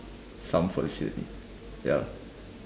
some facility ya